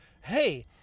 hey